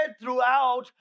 throughout